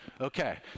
Okay